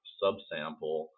subsample